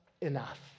enough